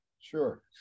Sure